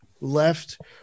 left